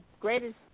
greatest